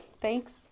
thanks